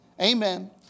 amen